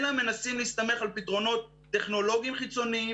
אלא מנסים להסתמך על פתרונות טכנולוגיים חיצוניים